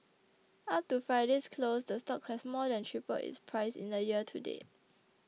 up to Friday's close the stock has more than tripled its price in the year to date